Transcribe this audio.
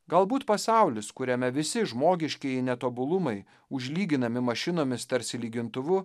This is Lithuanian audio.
galbūt pasaulis kuriame visi žmogiškieji netobulumai užlyginami mašinomis tarsi lygintuvu